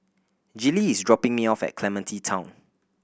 Gillie is dropping me off at Clementi Town